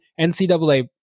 NCAA